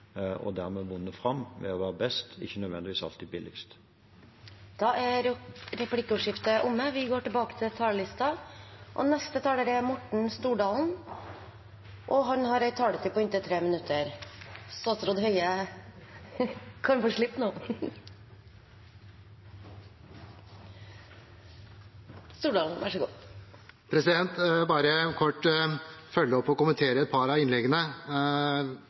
og dermed vunnet fram ved å være best, og ikke nødvendigvis alltid billigst. Replikkordskiftet er omme. Bare kort for å følge opp og kommentere et par av innleggene: